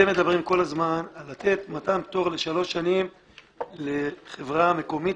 אתם מדברים כל הזמן על לתת מתן פטור לשלוש שנים לחברה מקומית,